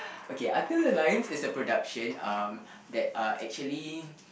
okay Until the Lions is a production um that are actually